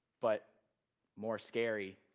but more scary,